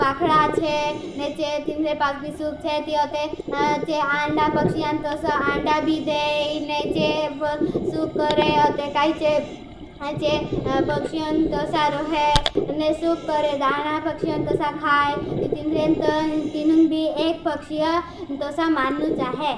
पाखड़ा चे चे। तिंद्रे पास भी सूप चे ती ओते चे। आंड़ा पक्षी उन तोसा आंड़ा भी देई ने चेब सूप करे। ओते काई चे पक्षी उन तोसा रोहे ने सूप करे। दाना पक्षी उन तोसा खाई चे। तिंद्रे पास भी पक्षी उन तोसा मानु चाहे।